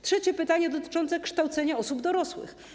Trzecie pytanie dotyczy kształcenia osób dorosłych.